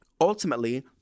ultimately